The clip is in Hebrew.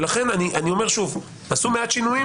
אני אומר שוב, תעשו מעט שינוים.